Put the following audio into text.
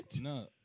No